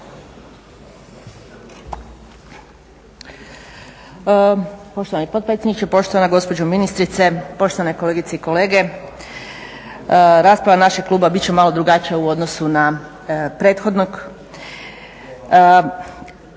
Poštovani potpredsjedniče, gospođo ministrice, poštovane kolegice i kolege rasprava našeg kluba bit će malo drugačija u odnosu na prethodnog.